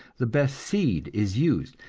the best seed is used,